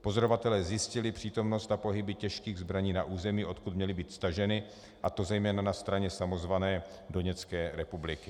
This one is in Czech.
Pozorovatelé zjistili přítomnost a pohyby těžkých zbraní na území, odkud měly být staženy, a to zejména na straně samozvané Doněcké republiky.